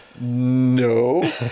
no